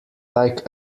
like